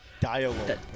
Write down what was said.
Dialogue